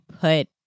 put